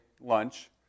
lunch